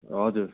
हजुर